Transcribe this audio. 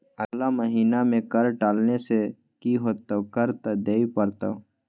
अगला महिना मे कर टालने सँ की हेतौ कर त दिइयै पड़तौ